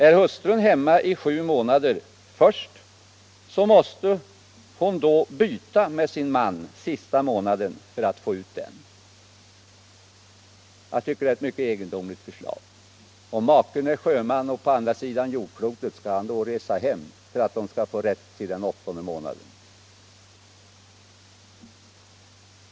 Är hustrun hemma i sju månader först, så måste hon sedan byta med sin man sista månaden för att få ut föräldrapenning för den. Jag tycker att det är ett mycket egendomligt förslag. Om maken är sjöman och befinner sig på andra sidan jordklotet, skall han då resa hem för att familjen skall få rätt till föräldrapenning den åttonde månaden?